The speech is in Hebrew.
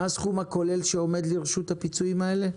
מה הסכום הכולל שעומד לרשות הפיצויים האלה?